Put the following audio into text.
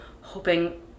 hoping